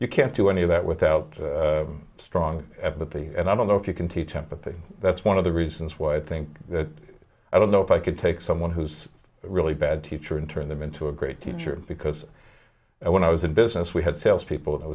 you can't do any of that without strong but the and i don't know if you can teach empathy that's one of the reasons why i think that i don't know if i could take someone who's really bad teacher and turn them into a great teacher because when i was in business we had sales people